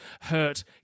hurt